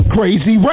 Crazy